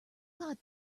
god